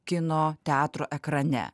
kino teatro ekrane